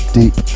deep